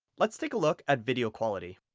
let's take a look at video quality.